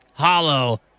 hollow